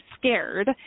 scared